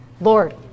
Lord